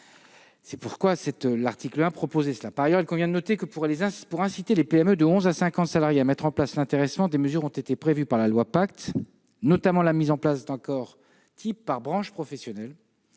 au travers de l'article 1 . Par ailleurs, il convient de noter que, pour inciter les PME de onze à cinquante salariés à mettre en place l'intéressement, des mesures ont été prévues par la loi Pacte, notamment la mise en place d'accords types par branche professionnelle,